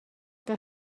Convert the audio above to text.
que